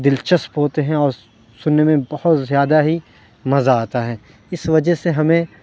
دلچسپ ہوتے ہیں اور سننے میں بہت زیادہ ہی مزہ آتا ہے اس وجہ سے ہمیں